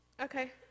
Okay